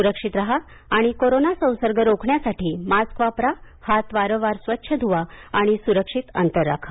सुरक्षित राहा आणि कोरोना संसर्ग रोखण्यासाठी मास्क वापरा हात वारंवार स्वच्छ ध्वा आणि स्रक्षित अंतर राखा